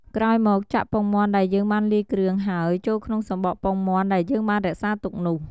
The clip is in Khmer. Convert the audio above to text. ក្រោយមក ចាក់ពងមាន់ដែលយើងបានលាយគ្រឿងហើយចូលក្នុងសំបកពងមាន់ដែលយើងបានរក្សាទុកនោះ។